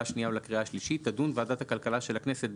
השנייה ולקריאה השלישית תדון ועדת הכלכלה של הכנסת,